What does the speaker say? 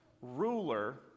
ruler